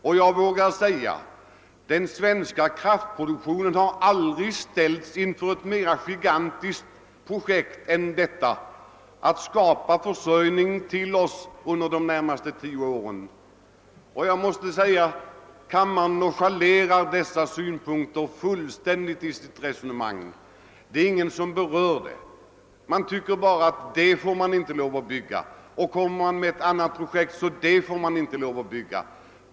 Jag vågar emellertid säga att den svenska kraftproduktionen aldrig har ställts inför ett mer gigantiskt projekt än att täcka det försörjningsbehov vi får under de närmaste tio åren. De som har yttrat sig här i kammaren nonchalerar fullständigt den synpunkten i sina re sonemang. De tycker bara att man inte får bygga ut det aktuella kraftverket, och kommer det upp ett annat projekt, får inte heller det förverkligas.